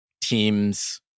teams